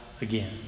again